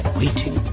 waiting